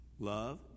Love